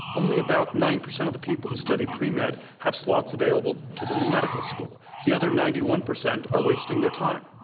only about nine percent of the people who study pre-med have slots available to them in medical school. the other ninety one percent are wasting their time,